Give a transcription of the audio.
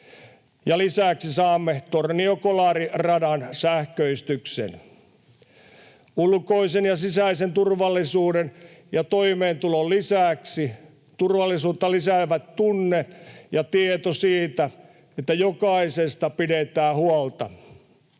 lisäksi saamme Tornio—Kolari-radan sähköistyksen. Ulkoisen ja sisäisen turvallisuuden ja toimeentulon lisäksi turvallisuutta lisäävät tunne ja tieto siitä, että jokaisesta pidetään huolta.